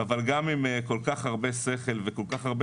אבל גם עם כל כך הרבה שכל וכל כך הרבה